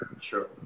Sure